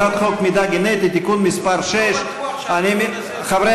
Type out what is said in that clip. הצעת חוק מידע גנטי (תיקון מס' 6). לחברי